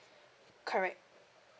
correct